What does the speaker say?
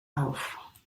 auf